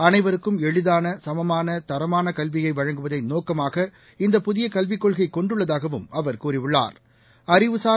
அனைவருக்கும் எளிதான சமமான தரமானகல்வியைவழங்குவதைநோக்கமாக இந்தப் புதியகல்விக் கொள்கைகொண்டுள்ளதாகவும் அவர் கூறியுள்ளார்